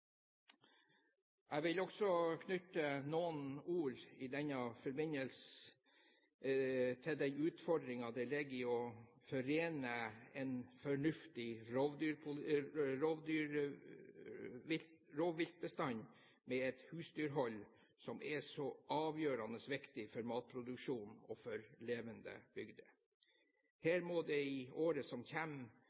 Jeg vil også knytte noen ord i denne forbindelse til den utfordringen som ligger i å forene en fornuftig rovviltbestand med et husdyrhold som er så avgjørende viktig for matproduksjonen og for levende bygder. Her må det i året som